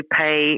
pay